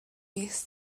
mis